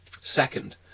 Second